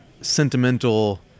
sentimental